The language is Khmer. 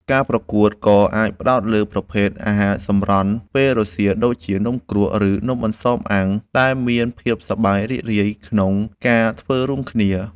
ការប្រកួតក៏អាចផ្ដោតលើប្រភេទ អាហារសម្រន់ពេលរសៀល ដូចជា នំគ្រក់ ឬនំអន្សមអាំង ដែលមានភាពសប្បាយរីករាយក្នុងការធ្វើរួមគ្នា។